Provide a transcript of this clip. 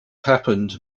happened